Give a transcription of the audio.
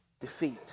defeat